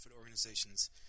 organizations